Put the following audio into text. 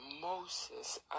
Moses